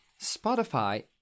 Spotify